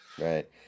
Right